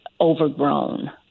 overgrown